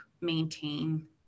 maintain